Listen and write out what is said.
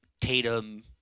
Tatum